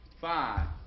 five